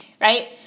right